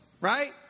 right